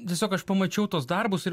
tiesiog aš pamačiau tuos darbus ir